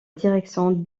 direction